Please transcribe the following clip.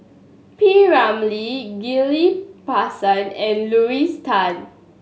P Ramlee Ghillie Basan and Tan